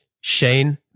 Shane